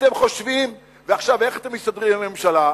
אתם חושבים, ועכשיו איך אתם מסתדרים עם הממשלה?